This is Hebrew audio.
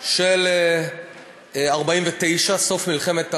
של 1949, סוף מלחמת העצמאות,